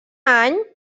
any